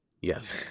Yes